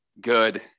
good